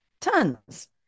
Tons